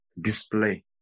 display